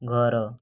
ଘର